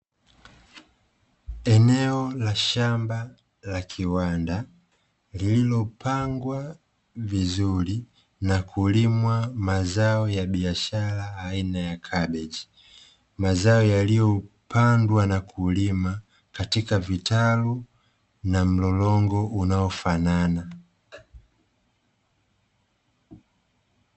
Eneo la shamba la kiwanda, lililopangwa vizuri na kulimwa mazao ya biashara aina ya kabeji, mazao yaliyopandwa na kulimwa katika vitalu na mlolongo unaofanana.